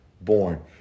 born